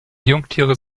jungtiere